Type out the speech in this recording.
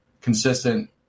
consistent